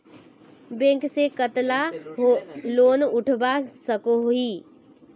Bank से कतला loan उठवा सकोही?